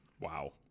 Wow